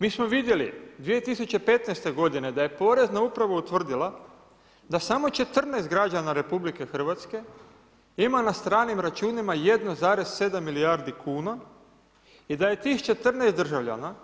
Mi smo vidjeli 2015. godine da je Porezna uprava utvrdila da samo 14 građana RH ima na stranim računima 1,7 milijardi kuna i da je tih 14 državljana